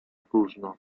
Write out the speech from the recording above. próżno